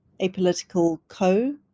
apoliticalco